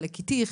חלק איתי,